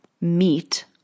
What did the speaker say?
meet